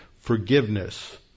forgiveness